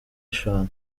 eshanu